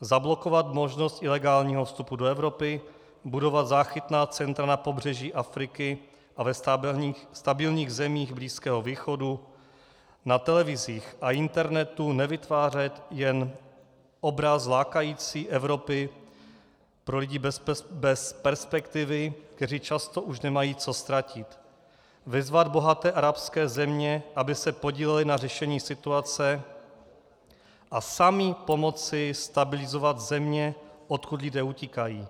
Zablokovat možnost ilegálního vstupu do Evropy, budovat záchytná centra na pobřeží Afriky a ve stabilních zemích Blízkého východu, na televizích a internetu nevytvářet jen obraz lákající Evropy pro lidi bez perspektivy, kteří často už nemají co ztratit, vyzvat bohaté arabské země, aby se podílely na řešení situace, a sami pomoci stabilizovat země, odkud lidé utíkají.